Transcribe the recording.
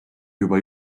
juba